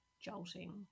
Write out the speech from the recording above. jolting